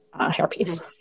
hairpiece